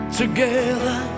together